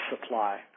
supply